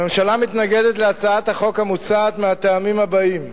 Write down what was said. הממשלה מתנגדת להצעת החוק המוצעת מהטעמים הבאים: